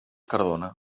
cardona